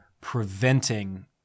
preventing